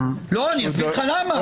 לא, אני אסביר לך למה.